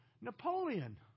Napoleon